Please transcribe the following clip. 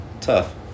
tough